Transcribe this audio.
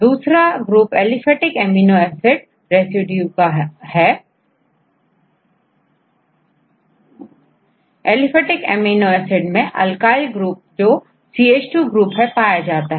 दूसरा group aliphatic amino acid residue का है एलिफेटिक एमिनो एसिड मैं अल्काईल ग्रुप जोCH2 ग्रुप है पाया जाता है